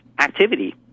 activity